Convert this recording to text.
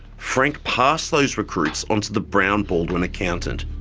frank passed those recruits on to the brown baldwin accountant,